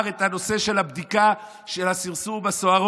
את הנושא של הבדיקה של הסרסור בסוהרות,